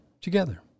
together